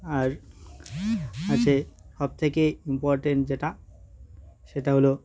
আর আছে সবথেকে ইম্পর্টেন্ট যেটা সেটা হলো